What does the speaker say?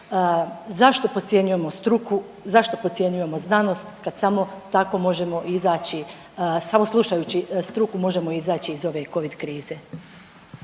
Zašto podcjenjujemo struku, zašto podcjenjujemo znanost kad samo tako možemo izaći samo slušajući struku možemo izaći iz ove Covid krize.